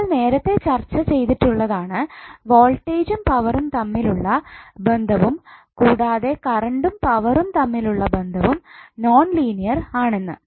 നമ്മൾ നേരത്തെ ചർച്ച ചെയ്തിട്ടുള്ളതാണ് വോൾട്ടേജും പവറും തമ്മിൽ ഉള്ള ബന്ധവും കൂടാതെ കറണ്ടും പവറും തമ്മിൽ ഉള്ള ബന്ധവും നോൺലീനിയർ ആണെന്ന്